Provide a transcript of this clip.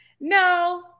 No